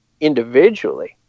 individually